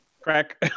Crack